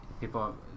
people